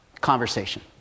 conversation